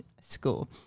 school